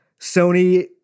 sony